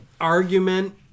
argument